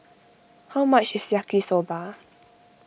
how much is Yaki Soba